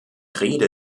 rede